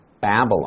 Babylon